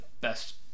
best